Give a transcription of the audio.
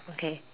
okay